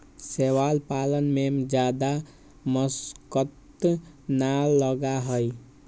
शैवाल पालन में जादा मशक्कत ना लगा हई